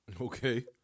Okay